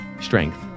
Strength